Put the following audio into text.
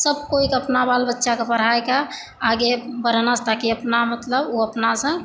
सब कोइ कए अपना बाल बच्चाके पढ़ाइके आगे बढ़ाना छै ताकि अपना मतलब ओ अपनासँ